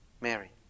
Mary